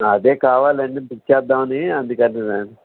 అదే కావాలని బుక్ చేద్దామని అందుకంటున్నాను